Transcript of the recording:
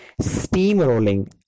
steamrolling